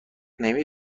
نمی